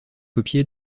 copié